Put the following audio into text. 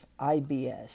IBS